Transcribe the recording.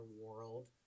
world